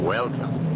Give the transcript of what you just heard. Welcome